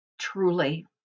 truly